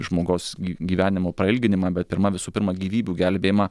žmogaus gi gyvenimo prailginimą bet pirma visų pirma gyvybių gelbėjimą